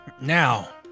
Now